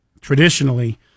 traditionally